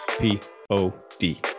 P-O-D